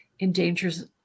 endangers